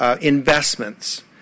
investments